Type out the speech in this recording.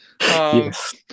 Yes